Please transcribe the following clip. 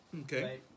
Okay